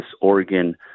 Oregon